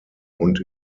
und